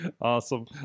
awesome